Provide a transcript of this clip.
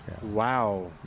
Wow